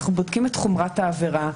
אנחנו בודקים את חומרת העבירה.